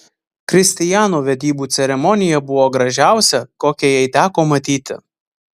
kristijano vedybų ceremonija buvo gražiausia kokią jai teko matyti